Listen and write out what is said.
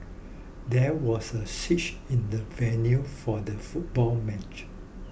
there was a switch in the venue for the football match